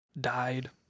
died